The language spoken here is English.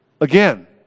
Again